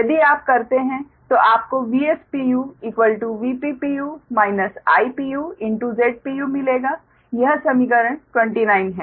यदि आप करते हैं तो आपको Vs pu Vp pu IpuZ मिलेगा यह समीकरण 29 है